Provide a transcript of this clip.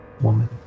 woman